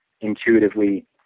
intuitively